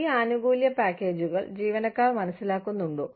ഈ ആനുകൂല്യ പാക്കേജുകൾ ജീവനക്കാർ മനസ്സിലാക്കുന്നുണ്ടോ